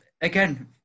again